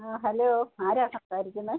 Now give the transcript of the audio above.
ആ ഹലോ ആരാ സംസാരിക്കുന്നത്